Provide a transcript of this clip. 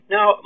Now